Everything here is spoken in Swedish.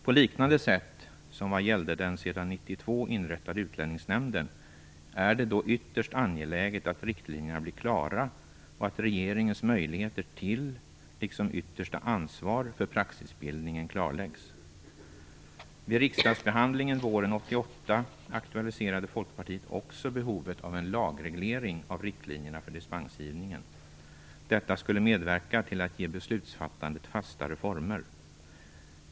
På liknande sätt som vad gäller den år 1992 inrättade utlänningsnämnden är det ytterst angeläget att riktlinjerna blir klara och att regeringens möjligheter liksom yttersta ansvar för praxisbildningen klarläggs. Vid riksdagsbehandlingen våren 1988 aktualiserade Folkpartiet också behovet av en lagreglering av riktlinjerna för dispensgivningen. Detta skulle medverka till att beslutsfattandet fick fastare former.